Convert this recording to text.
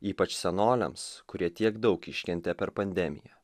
ypač senoliams kurie tiek daug iškentė per pandemiją